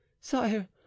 sire